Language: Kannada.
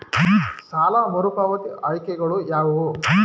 ಸಾಲ ಮರುಪಾವತಿ ಆಯ್ಕೆಗಳು ಯಾವುವು?